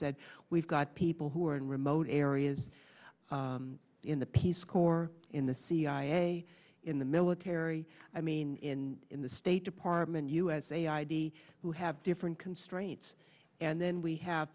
said we've got people who are in remote areas in the peace corps in the cia in the military i mean in in the state department usa id who have different constraints and then we have